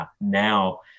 now